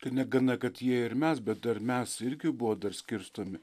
tai negana kad jie ir mes bet dar mes irgi buvo dar skirstomi